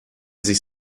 sich